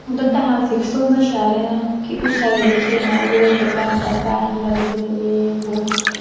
उं'दा time fix होंदा शैह्रें दा के उस्सै बेल्लै खेलना उ'ऐ इक घैंटा पैहे लगदे एह् बो